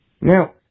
Now